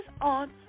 on